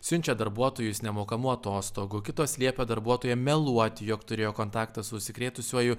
siunčia darbuotojus nemokamų atostogų kitos liepia darbuotojui meluoti jog turėjo kontaktą su užsikrėtusiuoju